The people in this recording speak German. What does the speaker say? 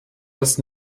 das